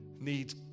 need